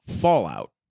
fallout